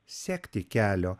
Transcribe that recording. sekti kelio